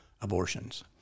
abortions